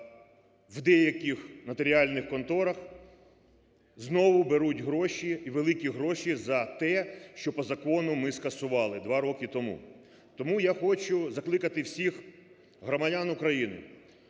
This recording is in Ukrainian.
в деяких нотаріальних конторах знову беруть гроші, і великі гроші за те, що по закону ми скасували два роки тому. Тому я хочу закликати всіх громадян України: